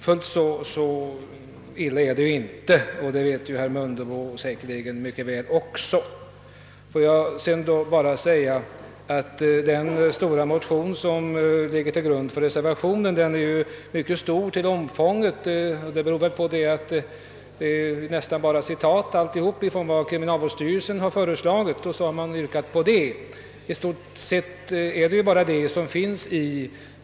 Fullt så illa är det inte ställt, såsom säkerligen herr Mundebo mycket väl vet. Den motion som ligger till grund för reservationen är mycket omfångsrik. Det beror väl på att denna stort upplagda motion om ett kriminalvårdsprogram närmast bara innehåller citat av kriminalstyrelsens förslag och samma yrkanden som styrelsens.